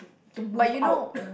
to move out